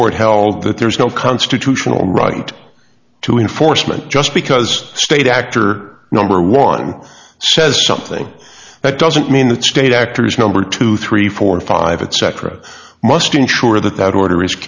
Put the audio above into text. court held that there is no constitutional right to enforcement just because state actor number one says something that doesn't mean that state actors number two three four five etc must ensure that that order is